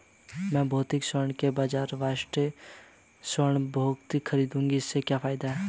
मैं भौतिक स्वर्ण के बजाय राष्ट्रिक स्वर्ण बॉन्ड क्यों खरीदूं और इसके क्या फायदे हैं?